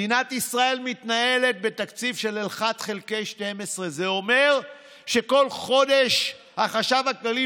מדינת ישראל מתנהלת בתקציב של 1 חלקי 12. זה אומר שכל חודש החשב הכללי